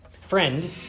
Friend